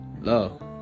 Love